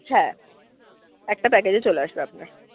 হ্যাঁ একটা প্যাকেজে চলে আসবে আপনার